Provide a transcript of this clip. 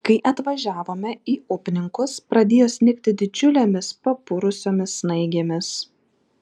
kai atvažiavome į upninkus pradėjo snigti didžiulėmis papurusiomis snaigėmis